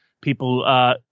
people